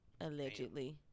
Allegedly